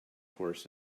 horse